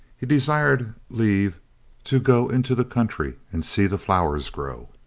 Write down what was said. he desired leave to go into the country and see the flowers grow.